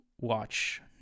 watch